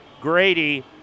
Grady